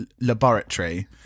Laboratory